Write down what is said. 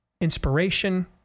inspiration